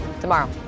tomorrow